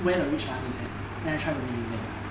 where the ah rich money is at then I tried to be with them